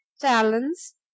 talents